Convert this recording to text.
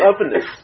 openness